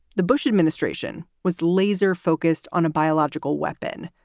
the bush administration was laser focused on a biological weapon,